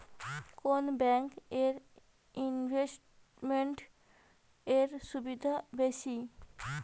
কোন ব্যাংক এ ইনভেস্টমেন্ট এর সুবিধা বেশি?